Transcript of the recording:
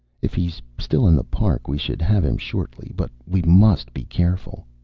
if he's still in the park we should have him shortly. but we must be careful.